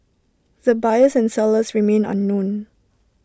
the buyers and sellers remain unknown